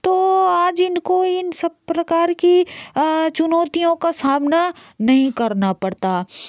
तो आज इनको इन सब प्रकार की चुनौतियों का सामना नहीं करना पड़ता